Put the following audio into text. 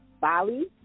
Bali